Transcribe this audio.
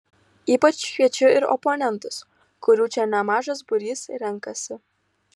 ypač kviečiu ir oponentus kurių čia nemažas būrys renkasi